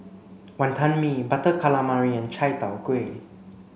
Wonton Mee butter calamari and Chai Tow Kuay